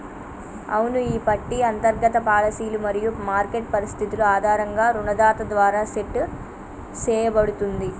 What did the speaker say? అవును ఈ పట్టి అంతర్గత పాలసీలు మరియు మార్కెట్ పరిస్థితులు ఆధారంగా రుణదాత ద్వారా సెట్ సేయబడుతుంది